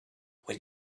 when